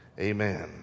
Amen